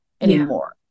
anymore